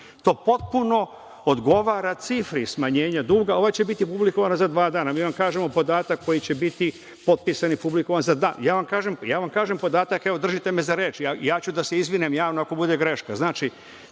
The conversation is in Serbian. To potpuno odgovara cifri smanjenja duga. Ona će biti publikovana za dva dana. Mi vam kažemo podatak koji će biti potpisan i publikovan za dva dana. Ja vam kažem podatak. Evo držite me za reč. Ja ću da se izvinem javno ako bude greška. Znači,